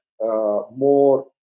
more